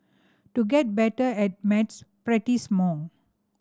to get better at maths practise more